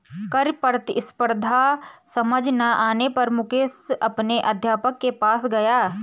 कर प्रतिस्पर्धा समझ ना आने पर मुकेश अपने अध्यापक के पास गया